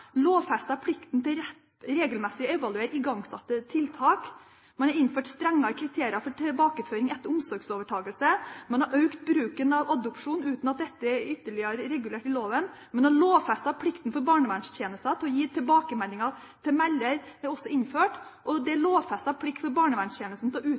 lovfestet plikten til regelmessig å evaluere igangsatte tiltak. Man har innført strengere kriterier for tilbakeføring etter omsorgsovertakelse. Man har økt bruken av adopsjon – uten at dette er ytterligere regulert i loven. En lovfestet plikt for barnevernet til å gi tilbakemeldinger til melder er også innført. Det er lovfestet en plikt for barnevernstjenesten til å